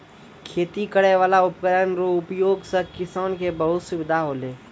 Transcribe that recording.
खेती करै वाला उपकरण रो उपयोग से किसान के बहुत सुबिधा होलै